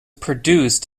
produced